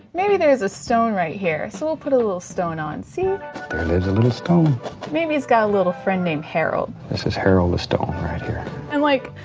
maybe there's a stone right here. so i'll put a little stone on, see there's a little stone maybe it's got a little friend named harold. this is harold the stone, right here and like,